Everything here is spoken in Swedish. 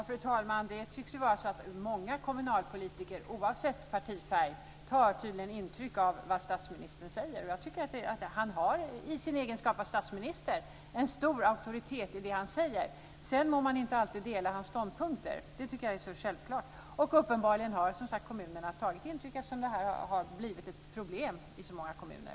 Fru talman! Det tycks vara så att många kommunalpolitiker oavsett partifärg tar intryck av vad statsministern säger. Jag tycker att han i sin egenskap av statsminister har en stor auktoritet i det han säger. Sedan må man inte alltid dela hans ståndpunkter. Det tycker jag är självklart. Uppenbarligen har som sagt kommunerna tagit intryck, eftersom det här har blivit ett problem i så många kommuner.